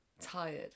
tired